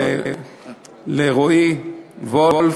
לרועי וולף,